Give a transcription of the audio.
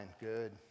good